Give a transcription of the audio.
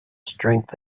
strength